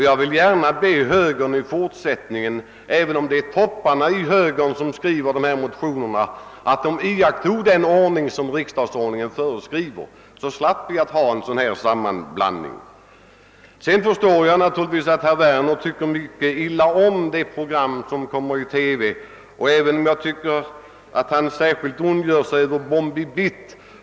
Jag vill gärna be högern även om det är topparna inom högern som skriver dessa motioner — att i fortsättningen iaktta föreskrifterna i riksdagsordningen så att vi slipper en sådan här sammanblandning av många frågor. Jag förstår att herr Werner tycker mycket illa om de program som sänds i TV och att han ondgör sig särskilt över Bombi Bitt.